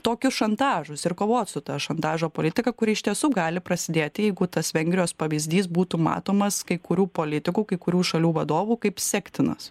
tokius šantažus ir kovot su ta šantažo politika kuri iš tiesų gali prasidėti jeigu tas vengrijos pavyzdys būtų matomas kai kurių politikų kai kurių šalių vadovų kaip sektinas